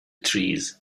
trees